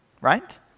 right